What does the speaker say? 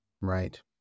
Right